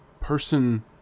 Person